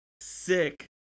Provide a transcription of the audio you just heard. sick